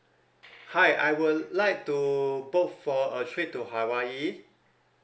hi I would like to book for a trip to hawaii